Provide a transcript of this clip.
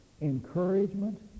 encouragement